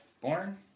Born